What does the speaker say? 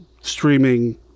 streaming